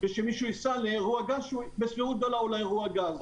כשמישהו ייסע לאירוע גז שבסבירות גדולה הוא לא אירוע גז.